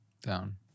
Down